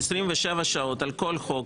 27 שעות על כל חוק,